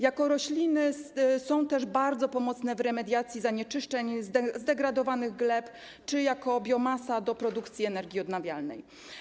Jako rośliny są też bardzo pomocne w remediacji zanieczyszczeń, zdegradowanych gleb czy jako biomasa do produkcji energii odnawialnej.